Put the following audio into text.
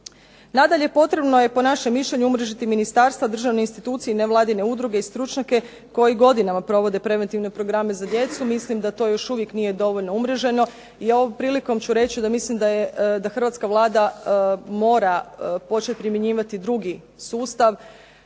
Nadalje, potrebno je po našem mišljenju umrežiti ministarstva, državne institucije, nevladine udruge i stručnjake koji godinama provode preventivne programe za djecu, mislim da to još uvijek nije dovoljno umreženo i ovom prilikom ću reći da mislim da hrvatska Vlada mora početi primjenjivati drugi sustav